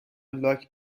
لاک